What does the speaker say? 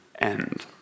end